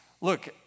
look